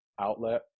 outlet